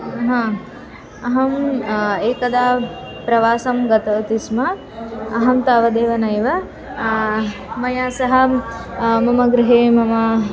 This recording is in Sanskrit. ह अहम् एकदा प्रवासं गतवती स्म अहं तावदेव नैव मया सह मम गृहे मम